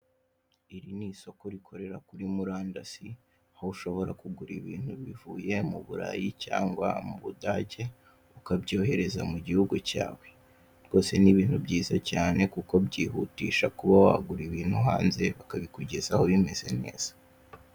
Iri ni isoko rikorera kuri Murandasi, aho ushobora kugura ibintu bivuye mu Burayi cyangwa mu Budage, ukabyohereza mu Gihugu cyawe, rwose ni ibintu byiza cyane kuko byihutisha kuba wagura ibintu hanze ukabikugezaho bimeze neza.